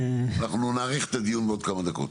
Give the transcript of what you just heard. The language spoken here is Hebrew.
אנחנו נאריך את הדיון בעוד כמה דקות,